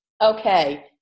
Okay